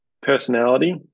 personality